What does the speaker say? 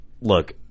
look